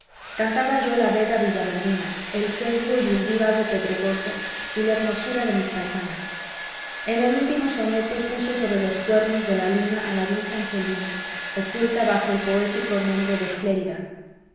cantaba yo la vega villaverdina el sesgo y undívago pedregoso y la hermosura de mis paisanas en el último soneto puse sobre los cuernos de la luna a la dulce angelina oculta bajo el poético nombre de flérida